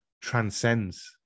transcends